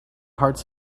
hearts